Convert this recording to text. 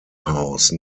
house